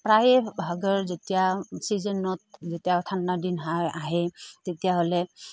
প্ৰায়ে ভাগৰ যেতিয়া চিজেনত যেতিয়া ঠাণ্ডাৰ দিন আহে তেতিয়াহ'লে